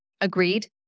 agreed